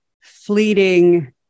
fleeting